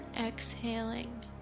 exhaling